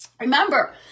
Remember